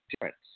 difference